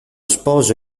sposo